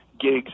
gigs